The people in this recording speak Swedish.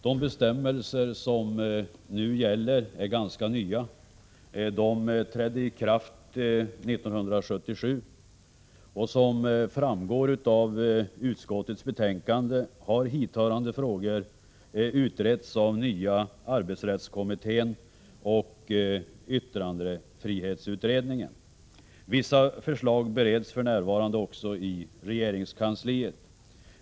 De bestämmelser som nu gäller är ganska nya — de trädde i kraft 1977 — och som framgår av utskottets betänkande har hithörande frågor utretts av nya arbetsrättskommittén och yttrandefrihetsutredningen. Vissa förslag bereds för närvarande också i regeringskansliet.